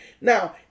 Now